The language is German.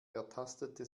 ertastete